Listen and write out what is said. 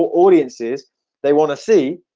audiences they want to see